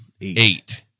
Eight